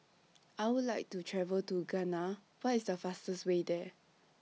I Would like to travel to Ghana What IS The fastest Way There